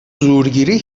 زورگیری